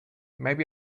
maybe